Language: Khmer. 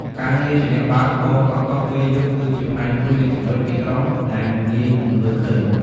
ការងារជាអ្នកបើកបរតុកតុកពេលយប់ គឺជាផ្នែកមួយនៃជីវិតទីក្រុងដែលមិនងាយនឹងមើលឃើញ។